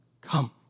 Come